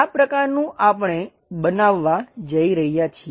આ પ્રકારનું આપણે બનાવવા જઈ રહ્યા છીએ